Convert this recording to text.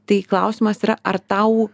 tai klausimas yra ar tau